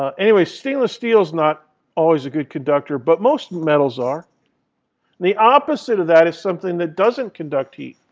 ah anyway, stainless steel is not always a good conductor, but most metals are. and the opposite of that is something that doesn't conduct heat.